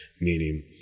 meaning